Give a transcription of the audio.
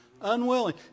unwilling